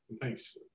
thanks